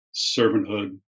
servanthood